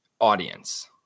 audience